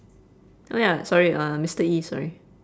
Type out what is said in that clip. oh ya sorry uh mister E sorry